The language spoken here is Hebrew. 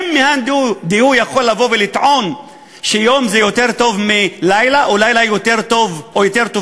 האם מאן דהוא יכול לטעון שיום זה יותר טוב מלילה או לילה יותר טוב מיום?